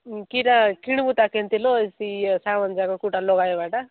କିରା କିଣିବୁ ତା କେମିତି ଲୋ ଏ ସାବୁନ ଯାକ କେଉଁଟା ଲଗାଇବାଟା